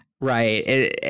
Right